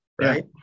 right